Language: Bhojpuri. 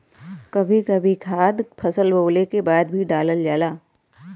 कभी कभी खाद फसल बोवले के बाद भी डालल जाला